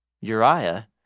Uriah